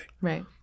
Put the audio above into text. Right